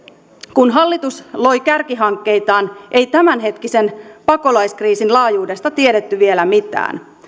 kun hallitus loi kärkihankkeitaan ei tämänhetkisen pakolaiskriisin laajuudesta tiedetty vielä mitään